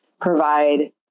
provide